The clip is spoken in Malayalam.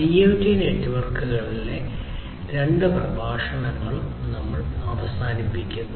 IoT നെറ്റ്വർക്കുകളിലെ രണ്ട് പ്രഭാഷണങ്ങളും നമ്മൾ അവസാനിക്കുന്നു